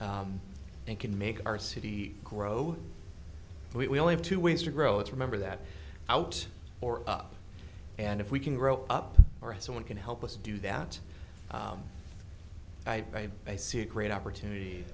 and can make our city grow we only have two ways to grow it's remember that out or up and if we can grow up or someone can help us do that i may see a great opportunity